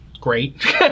Great